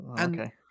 Okay